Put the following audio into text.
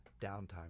downtime